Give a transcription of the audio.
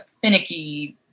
finicky